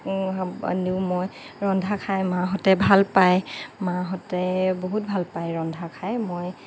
মই ৰন্ধা খাই মাহঁতে ভাল পায় মাহঁতে বহুত ভাল পায় ৰন্ধা খাই মই